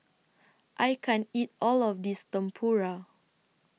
I can't eat All of This Tempura